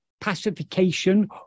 pacification